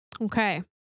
Okay